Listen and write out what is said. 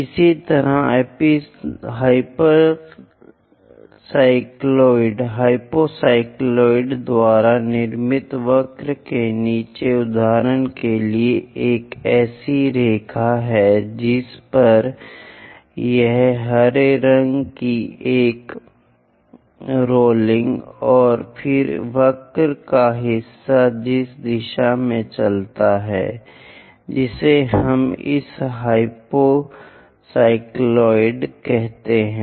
इसी तरह हाइपोसायक्लोइड द्वारा निर्मित वक्र के नीचे उदाहरण के लिए एक ऐसी रेखा है जिस पर यह हरे रंग की एक रोलिंग है और फिर वक्र का हिस्सा जिस दिशा में चलता है जिसे हम इस हाइपोसायक्लिड कहते हैं